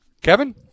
Kevin